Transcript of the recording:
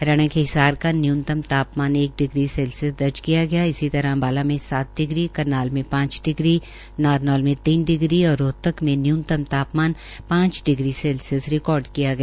हरियाणा के हिसार का न्यन्तम तापमान एक डिग्री सेल्सियस दर्ज किया गया इसी तरह अंम्बाला में सात डिग्री करनाल में पांच डिग्री नारनौल में तीन डिग्री और रोहतक में न्यूनतम तापमान पांच डिग्रीसेल्सियस रिकार्ड किया गया